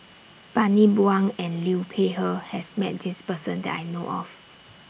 Bani Buang and Liu Peihe has Met This Person that I know of